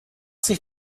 sich